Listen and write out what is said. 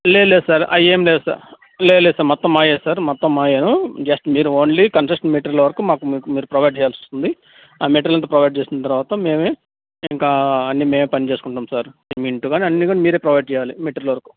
లేదు లేదు సార్ అవ్వేమి లేదు సార్ లేదు లేదు మొత్తం మావే సార్ మొత్తం మావేను జస్ట్ మాకు ఓన్లీ కన్స్ట్రక్షన్ మెటీరియల్ వరకు మాకు మీకు మీరు ప్రొవైడ్ చెయ్యాల్సొస్తుంది ఆ మెటీరియల్ అంతా ప్రొవైడ్ చేసిన తరువాత మేమే ఇంకా అన్నీ మేమే పని చేసుకుంటాము సార్ సిమింటు కాని అన్ని మీరే ప్రొవైడ్ చెయ్యాలి మెటీరియల్ వరకు